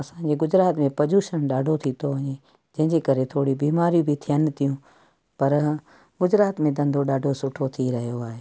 असांजे गुजरात में प्रदुषण ॾाढो थी थो वञे जंहिंजे करे थोरी बीमारियूं बि थियनि थियूं पर गुजरात में धंधो ॾाढो सुठो थी रहियो आहे